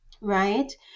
right